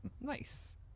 Nice